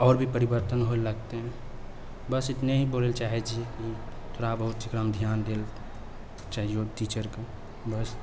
आओर भी परिवर्तन होइ लगतै बस इतने ही बोलैले चाहै छी कि थोड़ा बहुत एकरामे ध्यान देल चाहियो टीचरके बस